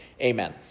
amen